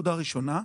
נקודה ראשונה,